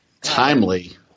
Timely